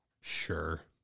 Sure